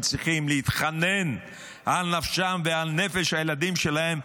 צריכים להתחנן על נפשם ועל נפש הילדים שלהם,